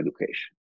education